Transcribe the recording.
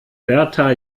berta